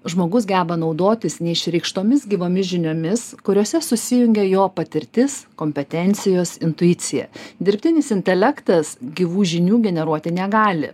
žmogus geba naudotis neišreikštomis gyvomis žiniomis kuriose susijungia jo patirtis kompetencijos intuicija dirbtinis intelektas gyvų žinių generuoti negali